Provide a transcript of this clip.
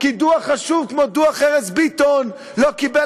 כי דוח חשוב כמו דוח ארז ביטון לא קיבל